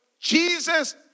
Jesus